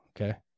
okay